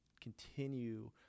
continue